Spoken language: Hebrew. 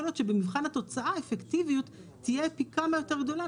יכול להיות שבמבחן התוצאה האפקטיביות תהיה פי כמה יותר גדולה.